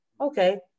Okay